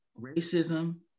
racism